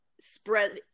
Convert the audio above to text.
spread